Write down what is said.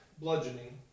bludgeoning